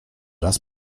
raz